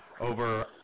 over